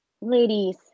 ladies